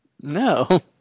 No